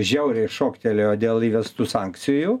žiauriai šoktelėjo dėl įvestų sankcijų